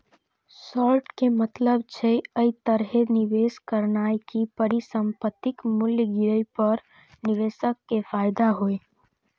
short के मतलब छै, अय तरहे निवेश करनाय कि परिसंपत्तिक मूल्य गिरे पर निवेशक कें फायदा होइ